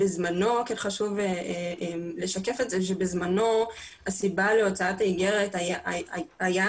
חשוב לשקף את זה שבזמנו הסיבה להוצאת האיגרת הייתה